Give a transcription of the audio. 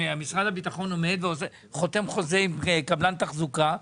משרד הביטחון חותם חוזה עם קבלן תחזוקה,